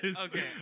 Okay